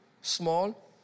small